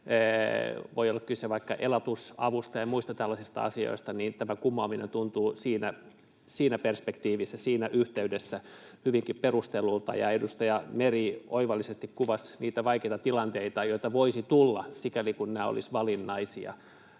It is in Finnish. voi olla kyse vaikka elatusavusta ja muista tällaisista asioista, niin tämä kumoaminen tuntuu siinä perspektiivissä, siinä yhteydessä hyvinkin perustellulta, ja edustaja Meri oivallisesti kuvasi niitä vaikeita tilanteita, joita voisi tulla, sikäli kun nämä olisivat valinnaisia